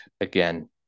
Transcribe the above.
Again